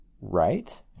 right